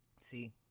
see